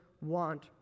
want